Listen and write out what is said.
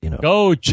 Go